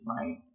right